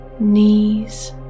knees